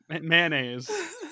mayonnaise